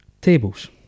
Tables